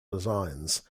designs